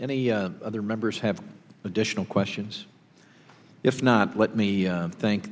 any other members have additional questions if not let me thank